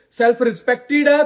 self-respected